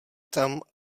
tam